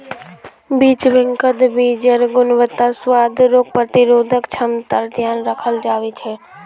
बीज बैंकत बीजेर् गुणवत्ता, स्वाद, रोग प्रतिरोधक क्षमतार ध्यान रखाल जा छे